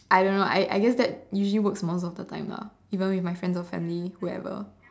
I don't know I I guess that usually works most of the time lah even with my friends or family whoever